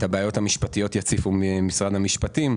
את הבעיות המשפטיות יציפו ממשרד המשפטים,